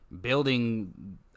building